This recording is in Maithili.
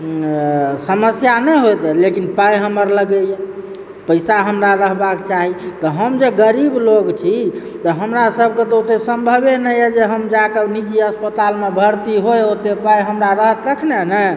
समस्या नहि होयतइ लेकिन पाइ हमर लगइए पैसा हमरा रहबाक चाही तऽ हम जे गरीब लोक छी तऽ हमरा सबके तऽ ओते सम्भवे नहि अछि जे हम जाके निजी अस्पतालमे भर्ती होइ ओते पाइ हमरा रहत तखने ने